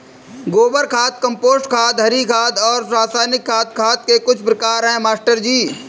गोबर खाद कंपोस्ट खाद हरी खाद और रासायनिक खाद खाद के कुछ प्रकार है मास्टर जी